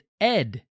Ed